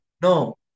no